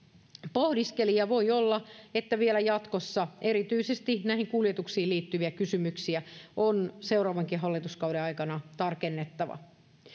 pohdiskeli ja voi olla että vielä jatkossa erityisesti näihin kuljetuksiin liittyviä kysymyksiä on seuraavankin hallituskauden aikana tarkennettava